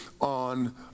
on